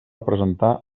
presentar